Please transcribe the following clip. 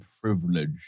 privileged